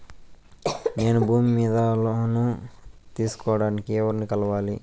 నేను భూమి మీద లోను తీసుకోడానికి ఎవర్ని కలవాలి?